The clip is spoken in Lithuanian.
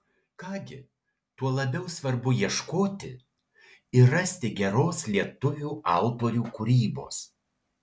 ką gi tuo labiau svarbu ieškoti ir rasti geros lietuvių autorių kūrybos